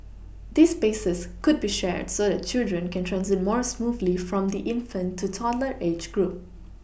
these spaces could be shared so that children can transit more smoothly from the infant to toddler age group